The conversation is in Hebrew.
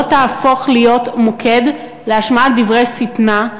לא תהפוך להיות מוקד להשמעת דברי שטנה,